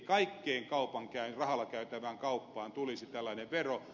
eli kaikkeen rahalla käytävään kauppaan tulisi tällainen vero